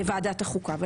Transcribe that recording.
לוועדת החוקה.